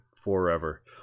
forever